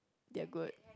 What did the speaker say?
they're good